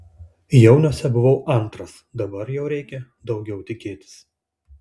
jauniuose buvau antras dabar jau reikia daugiau tikėtis